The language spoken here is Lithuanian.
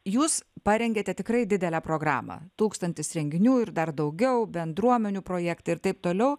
jūs parengėte tikrai didelę programą tūkstantis renginių ir dar daugiau bendruomenių projektai ir taip toliau